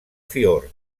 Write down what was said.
fiord